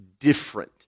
different